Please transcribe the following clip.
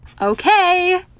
Okay